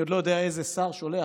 אני עוד לא יודע איזה שר שולח,